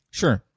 sure